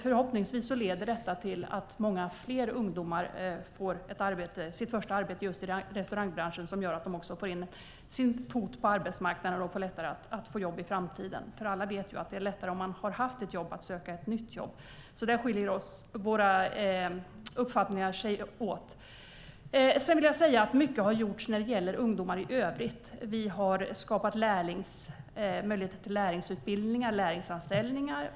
Förhoppningsvis leder detta till att många fler ungdomar får sitt första arbete just i restaurangbranschen, vilket gör att de också får in foten på arbetsmarknaden och får lättare att få jobb i framtiden. Alla vet ju att det är lättare att söka ett nytt jobb om man har haft ett jobb. Där skiljer alltså våra uppfattningar sig åt. Sedan vill jag säga att mycket har gjorts i övrigt när det gäller ungdomar. Vi har skapat möjligheter till lärlingsutbildningar och lärlingsanställningar.